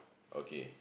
okay